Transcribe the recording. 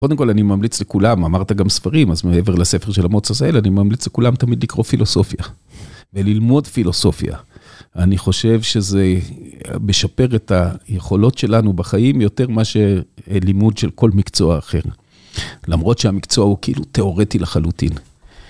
קודם כל, אני ממליץ לכולם, אמרת גם ספרים, אז מעבר לספר של אמוץ עשהאל, אני ממליץ לכולם תמיד לקרוא פילוסופיה. וללמוד פילוסופיה. אני חושב שזה משפר את היכולות שלנו בחיים יותר ממה שלימוד של כל מקצוע אחר. למרות שהמקצוע הוא כאילו תיאורטי לחלוטין.